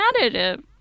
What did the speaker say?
additive